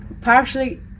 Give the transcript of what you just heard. partially